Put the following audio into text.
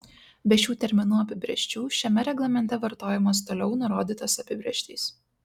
be šių terminų apibrėžčių šiame reglamente vartojamos toliau nurodytos apibrėžtys